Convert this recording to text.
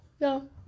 No